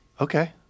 Okay